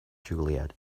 juliet